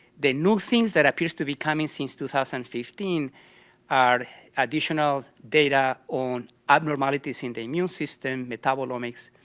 the new thing that appears to be coming since two thousand fifteen are additional data on abnormalities in the new system, metabolomics,